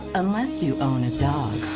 unless you own a dog.